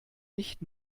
nicht